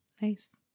Nice